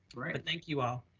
right. but thank you all.